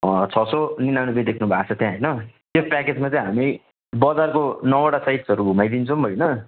छ सौ निनानब्बे देख्नुभयो छ त्यहाँ होइन त्यो प्याकेजमा चाहिँ हामी बजारको नौवटा साइट्सहरू घुमाइदिन्छौँ होइन